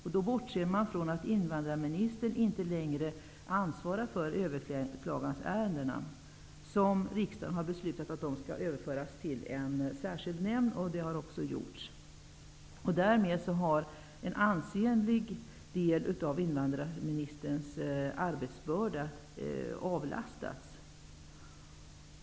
Man bortser då från att invandrarministern inte längre ansvarar för överklagningsärenden, som enligt riksdagens beslut skall överföras till en särskild nämnd. Det har också skett. Därmed har en ansenlig del av invandrarministerns arbetsbörda avlastats.